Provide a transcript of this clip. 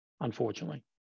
unfortunately